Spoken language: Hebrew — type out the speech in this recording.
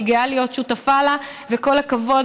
אני גאה להיות שותפה לה, וכל הכבוד.